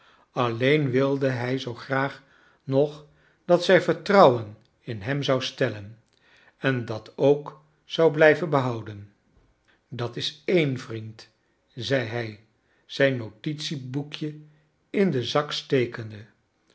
aileen wilde hij zoo graag nog dat zij vertrouwen in hem zou stellen en dat ook zou blijven behouden dat is een vriend zei hij zijn notitieboekje in den zak stekende